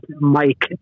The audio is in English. Mike